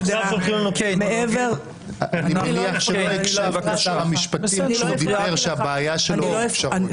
אני מניח שלא הקשבת לשר המשפטים כשהוא דיבר שהבעיה שלו היא פשרות.